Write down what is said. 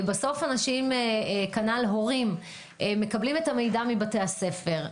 בסוף אנשים כנ"ל הורים מקבלים את המידע מבתי הספר.